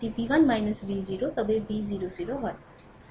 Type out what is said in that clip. এটি V 1 V 0 তবে V 0 0 হয়